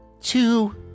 two